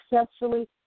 successfully